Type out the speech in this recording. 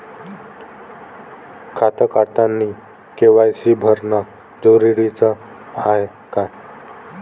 खातं काढतानी के.वाय.सी भरनं जरुरीच हाय का?